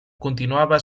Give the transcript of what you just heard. continuava